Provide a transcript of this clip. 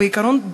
בעיקרון,